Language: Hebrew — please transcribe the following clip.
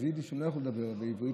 הם לא יכלו לדבר יידיש ועברית,